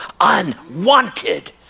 unwanted